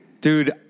dude